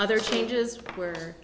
other changes were